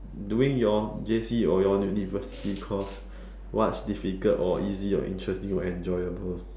during your J_C or your university course what's difficult or easy or interesting or enjoyable